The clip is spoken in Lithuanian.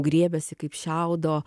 griebiasi kaip šiaudo